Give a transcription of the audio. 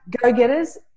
go-getters